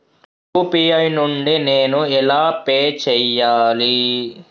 UPI నుండి నేను ఎలా పే చెయ్యాలి?